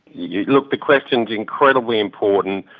yeah look, the question is incredibly important.